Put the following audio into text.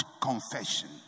confession